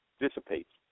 dissipates